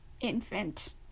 infant